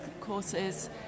courses